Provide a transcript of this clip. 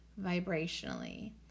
vibrationally